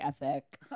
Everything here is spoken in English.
ethic